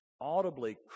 audibly